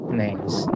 nice